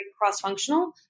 cross-functional